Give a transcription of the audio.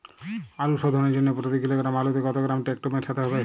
আলু শোধনের জন্য প্রতি কিলোগ্রাম আলুতে কত গ্রাম টেকটো মেশাতে হবে?